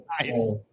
Nice